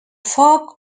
foc